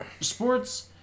sports